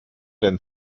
den